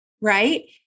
right